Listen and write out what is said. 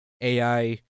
AI